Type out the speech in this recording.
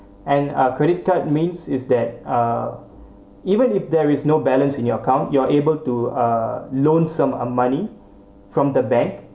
and uh credit card means is that uh even if there is no balance in your account you're able to uh loan some uh money from the bank